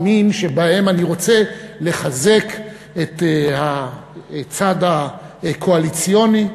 שבהם אני רוצה לחזק את הצד הקואליציוני.